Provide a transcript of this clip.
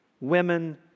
women